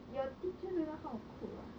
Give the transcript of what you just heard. your teacher don't know how to cook ah